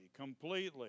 completely